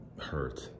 hurt